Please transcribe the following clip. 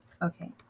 Okay